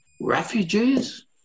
refugees